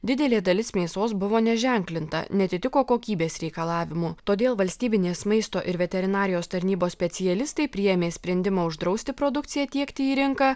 didelė dalis mėsos buvo neženklinta neatitiko kokybės reikalavimų todėl valstybinės maisto ir veterinarijos tarnybos specialistai priėmė sprendimą uždrausti produkciją tiekti į rinką